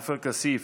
עופר כסיף,